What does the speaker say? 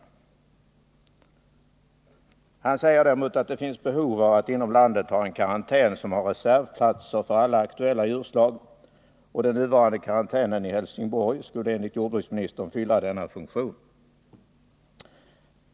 Jordbruksministern säger att det finns ett behov av att inom landet ha en karantän som har reservplatser för alla aktuella djurslag, och den nuvarande karantänen i Helsingborg skulle enligt jordbruksministern fylla denna funktion.